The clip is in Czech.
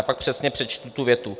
Já pak přesně přečtu tu větu.